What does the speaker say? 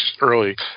early